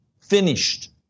finished